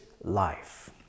life